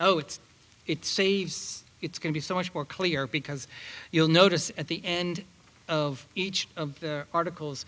oh it's it saves it's going to be so much more clear because you'll notice at the end of each of the articles